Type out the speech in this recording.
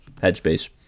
headspace